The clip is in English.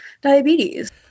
diabetes